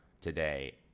today